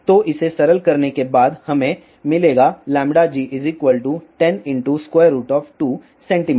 तो इसे सरल करने के बाद हमें मिलेगा g 102 सेमी